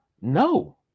No